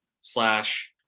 Slash